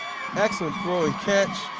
excellent throw and catch.